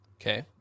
Okay